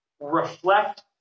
reflect